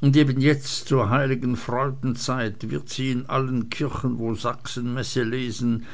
und eben jetzt zur heiligen freudenzeit wird sie in allen kirchen wo sachsen messe lesen